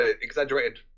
exaggerated